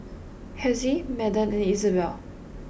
Hezzie Madden and Izabelle